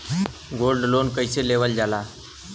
Gold loan कईसे लेवल जा ला?